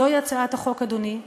זוהי הצעת החוק, אדוני.